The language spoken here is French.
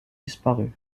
disparu